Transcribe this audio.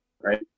Right